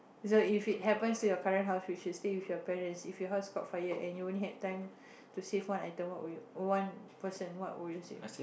is like if it happen to your current house which is you stay with your parents if your house caught fire and you only had time to save one item what would one person what would you save